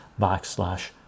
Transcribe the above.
backslash